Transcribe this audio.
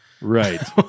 Right